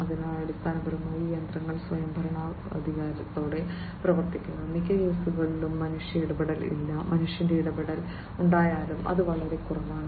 അതിനാൽ അടിസ്ഥാനപരമായി ഈ യന്ത്രങ്ങൾ സ്വയംഭരണാധികാരത്തോടെ പ്രവർത്തിക്കുന്നു മിക്ക കേസുകളിലും മനുഷ്യ ഇടപെടൽ ഇല്ല മനുഷ്യന്റെ ഇടപെടൽ ഉണ്ടായാലും അത് വളരെ കുറവാണ്